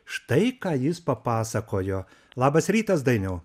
štai ką jis papasakojo labas rytas dainiau